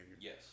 Yes